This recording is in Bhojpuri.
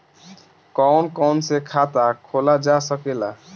कौन कौन से खाता खोला जा सके ला?